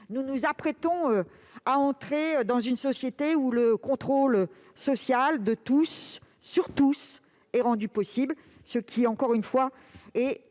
nous nous apprêtons à entrer dans une société où le contrôle social de tous sur tous sera rendu possible, ce qui, encore une fois, est